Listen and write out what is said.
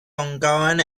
ongoing